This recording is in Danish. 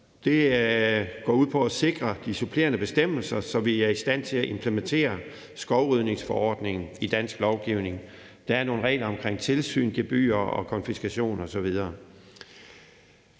40 går ud på at sikre de supplerende bestemmelser, så vi er i stand til at implementere skovrydningsforordningen i dansk lovgivning. Der er nogle regler om tilsyn, gebyrer, konfiskation osv.